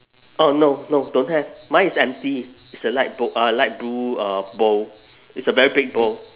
oh no no don't have mine is empty it's a light bow~ uh light blue uh bowl it's a very big bowl